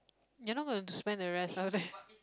you're not going to spend the rest over there